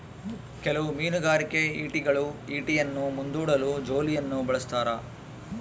ಕೆಲವು ಮೀನುಗಾರಿಕೆ ಈಟಿಗಳು ಈಟಿಯನ್ನು ಮುಂದೂಡಲು ಜೋಲಿಯನ್ನು ಬಳಸ್ತಾರ